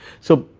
so,